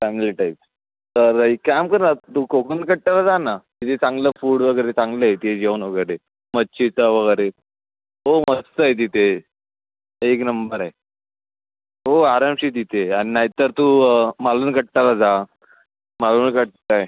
चांगले टाईप तर एक काम कर ना तू कोकण कट्ट्याला जा ना तिथे चांगलं फूड वगैरे चांगलं येते जेवण वगैरे मच्छीचा वगैरे हो मस्त आहे तिथे एक नंबर आहे हो आरामशीर तिथे आणि नाही तर तू मालवणी कट्टाला जा मालवणी कट्टा आहे